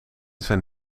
zijn